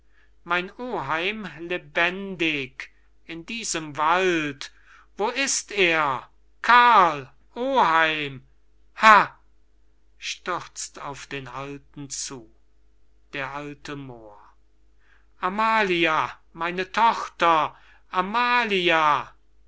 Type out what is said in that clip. mein oheim lebendig in diesem wald wo ist er karl oheim ha stürzt auf den alten zu d a moor amalia meine tochter amalia